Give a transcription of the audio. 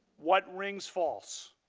what rings false?